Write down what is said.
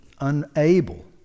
unable